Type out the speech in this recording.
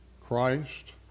Christ